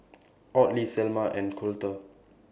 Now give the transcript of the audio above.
Audley Selmer and Colter